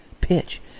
pitch